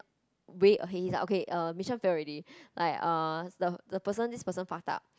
way ahead he's like okay uh mission fail already like uh the the person this person fucked up